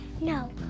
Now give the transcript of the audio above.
No